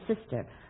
sister